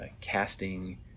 casting